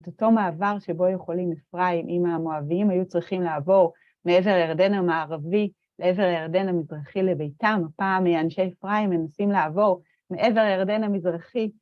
את אותו מעבר שבו יכולים אפרים עם המואבים, היו צריכים לעבור מעבר הירדן המערבי לעבר הירדן המזרחי לביתם, הפעם אנשי אפרים מנסים לעבור מעבר הירדן המזרחי.